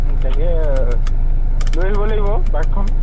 তাকে লৈ আহিব লাগিব বাইকখন